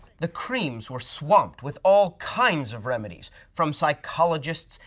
the creams were swamped with all kinds of remedies from psychologists,